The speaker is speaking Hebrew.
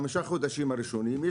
בחמישה חודשים הראשונים,